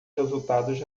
resultados